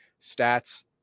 stats